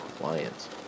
clients